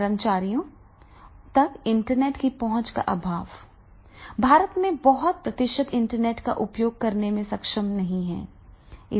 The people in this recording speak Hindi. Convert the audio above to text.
कर्मचारियों तक इंटरनेट की पहुंच का अभाव भारत में बहुत प्रतिशत इंटरनेट का उपयोग करने में सक्षम है